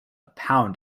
pound